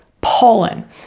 pollen